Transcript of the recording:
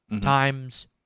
times